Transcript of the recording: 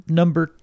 number